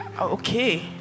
Okay